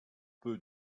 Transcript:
peu